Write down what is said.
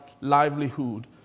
livelihood